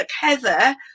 heather